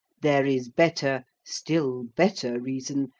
there is better, still better reason,